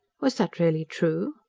was that really true?